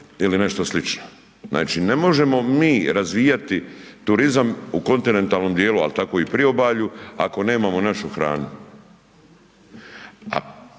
ili nešto slično, znači ne možemo mi razvijati turizam u kontinentalnom ali tako i priobalju ako nemamo našu hranu.